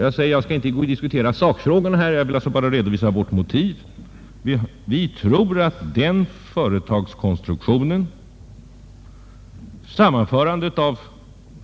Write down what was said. Jag skall här inte diskutera sakfrågorna utan redovisar bara vårt motiv. Och vi tror att den företagskonstruktionen, sammanförandet av